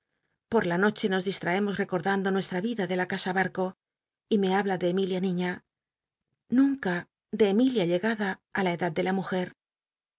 por la nocbe nos dishaemos rccordanclo nueslra vida en la casa barco y me habla de emília niña nunca de emilia llegada á la edad de la mujer